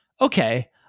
okay